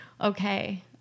okay